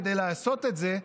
כדי לעשות את זה,